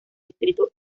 distrito